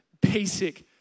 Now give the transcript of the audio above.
basic